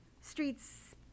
streets